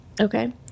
okay